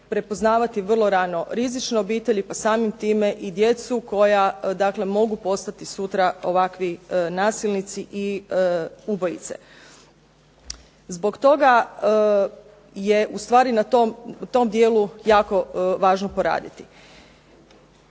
prepoznavati vrlo rano rizične obitelji, pa samim time i djecu koja mogu postati sutra ovakvi nasilnici i ubojice. Zbog toga je ustvari na tom dijelu jako važno poraditi.